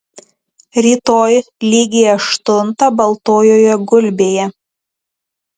rytoj lygiai aštuntą baltojoje gulbėje